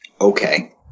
Okay